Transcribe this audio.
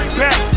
back